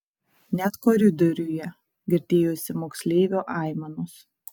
net koridoriuje girdėjosi moksleivio aimanos